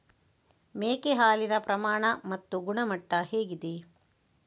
ಮೇಕೆ ಹಾಲಿನ ಪ್ರಮಾಣ ಮತ್ತು ಗುಣಮಟ್ಟ ಹೇಗಿದೆ?